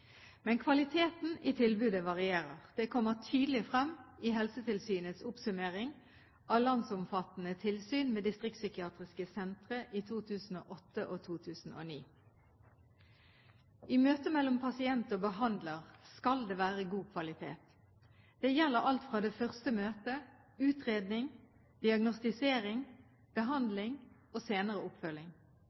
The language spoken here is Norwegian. Men kvaliteten på tilbudet varierer. Det kommer tydelig frem i Helsetilsynets oppsummering av landsomfattende tilsyn med distriktspsykiatriske sentre i 2008 og 2009. I møtet mellom pasient og behandler skal det være god kvalitet. Det gjelder alt fra det første møtet, utredningen, diagnostiseringen, behandlingen og senere oppfølging.